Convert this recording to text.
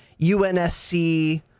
UNSC